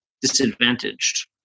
disadvantaged